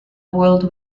world